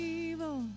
evil